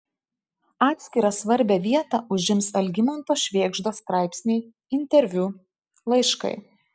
atskirą svarbią vietą užims algimanto švėgždos straipsniai interviu laiškai